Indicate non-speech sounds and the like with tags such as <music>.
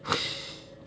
<breath>